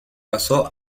pasó